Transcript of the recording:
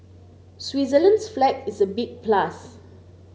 Switzerland's flag is a big plus